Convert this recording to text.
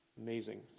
Amazing